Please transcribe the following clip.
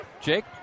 Jake